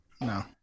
No